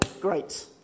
great